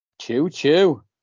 Choo-choo